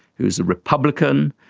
who is a republican,